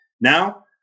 Now